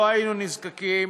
לא היינו נזקקים